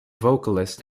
vocalist